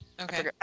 okay